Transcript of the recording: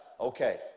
okay